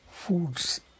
foods